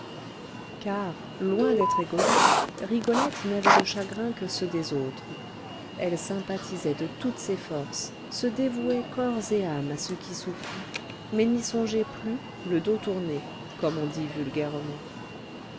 car loin d'être égoïste rigolette n'avait de chagrins que ceux des autres elle sympathisait de toutes ses forces se dévouait corps et âme à ce qui souffrait mais n'y songeait plus le dos tourné comme on dit